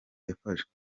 yafashwe